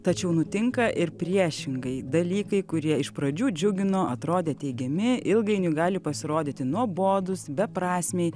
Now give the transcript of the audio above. tačiau nutinka ir priešingai dalykai kurie iš pradžių džiugino atrodė teigiami ilgainiui gali pasirodyti nuobodūs beprasmiai